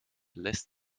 lässt